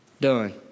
Done